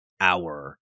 hour